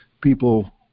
people